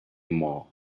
more